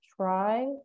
try